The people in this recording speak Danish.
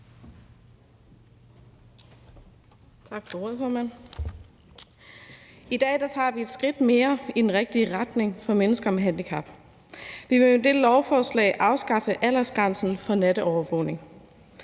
I dag tager vi et skridt mere i den rigtige retning for mennesker med handicap. Vi vil med dette lovforslag afskaffe aldersgrænsen for natovervågning.